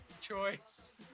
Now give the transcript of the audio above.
Choice